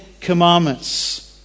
Commandments